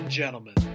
gentlemen